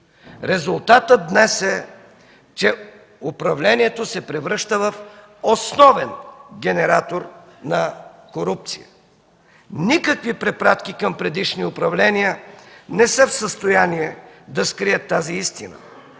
Резултатът днес е, че управлението се превръща в основен генератор на корупция. Никакви препратки към предишни управления не са в състояние да скрият тази истина.